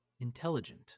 intelligent